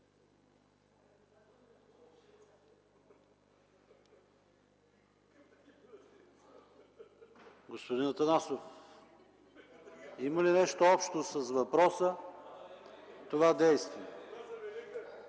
Господин Атанасов, има ли нещо общо с въпроса това действие?